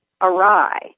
awry